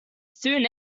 soon